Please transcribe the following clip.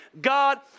God